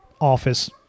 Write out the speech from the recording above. office